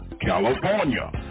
California